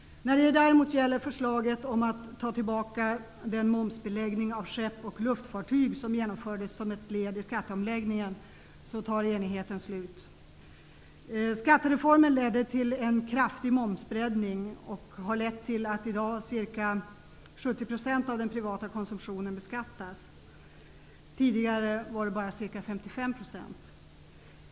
När det däremot gäller förslaget om att ta tillbaka den momsbeläggning beträffande skepp och luftfartyg som genomfördes som ett led i skatteomläggningen tar enigheten slut. Skattereformen ledde till en kraftig momsbreddning, och den har också lett till att ca 70 % av den privata konsumtionen beskattas i dag. Tidigare var det bara ca 55 %.